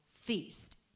feast